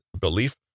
belief